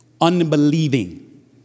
Unbelieving